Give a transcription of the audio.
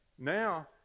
Now